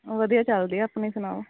ਵਧੀਆ ਚੱਲਦੀ ਆ ਆਪਣੀ ਸੁਣਾਓ